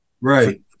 right